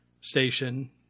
station